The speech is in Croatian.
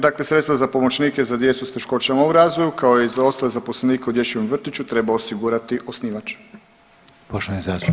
Dakle, sredstva za pomoćnike za djecu s teškoćama u razvoju kao i za ostale zaposlenike u dječjem vrtiću treba osigurati osnivač.